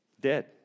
Dead